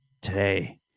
today